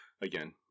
again